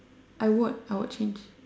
I would I would change